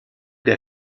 der